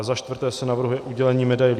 Za čtvrté se navrhuje udělení medailí